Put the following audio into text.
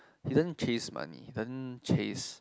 he didn't chase money doesn't chase